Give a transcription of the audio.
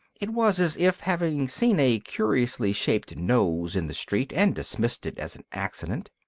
it was as if, having seen a curiously shaped nose in the street and dismissed it as an accident,